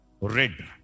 Red